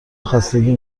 خستگی